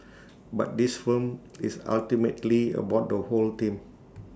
but this film is ultimately about the whole team